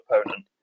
opponent